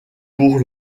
pour